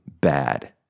bad